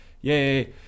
Yay